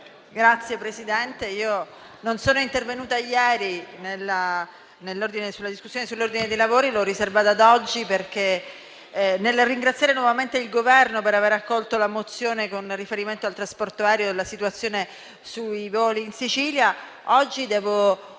Signor Presidente, non sono intervenuta ieri nella discussione sull'ordine dei lavori, ma mi sono riservata di farlo oggi perché nel ringraziare nuovamente il Governo per aver accolto la mozione con riferimento al trasporto aereo e alla situazione dei voli in Sicilia, oggi devo